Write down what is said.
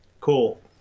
Cool